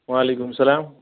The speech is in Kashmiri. وعلیکُم السلام